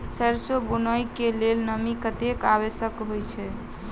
सैरसो बुनय कऽ लेल नमी कतेक आवश्यक होइ छै?